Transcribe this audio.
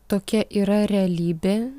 tokia yra realybė